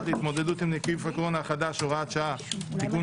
להתמודדות עם נגיף הקורונה החדש (הוראת שעה) (תיקון